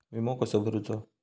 विमा कसो भरूचो?